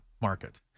market